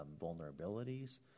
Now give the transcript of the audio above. vulnerabilities